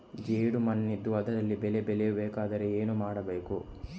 ಜೇಡು ಮಣ್ಣಿದ್ದು ಅದರಲ್ಲಿ ಬೆಳೆ ಬೆಳೆಯಬೇಕಾದರೆ ಏನು ಮಾಡ್ಬಹುದು?